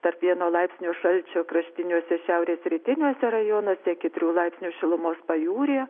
tarp vieno laipsnio šalčio kraštiniuose šiaurės rytiniuose rajonuose iki keturių laipsnių šilumos pajūryje